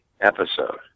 episode